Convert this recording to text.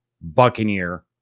Buccaneer